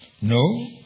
No